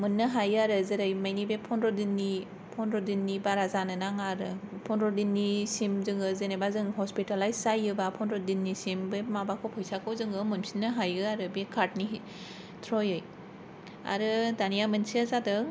मोननो हायो आरो जेरै मानि बे फनद्र दिननि फनद्र दिननि बारा जानो नाङा आरो फनद्र दिननिसिम जोङो जेन'बा जोङो हसपितालायस जायोबा फनद्र दिननिसिम बे माबाखौ फैसाखौ जोङो मोनफिननो हायो आरो बे कार्दनिहि ट्रयै आरो दानिया मोनसेया जादों